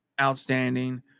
outstanding